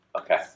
Okay